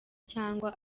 cyangwa